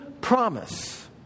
promise